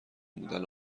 بودن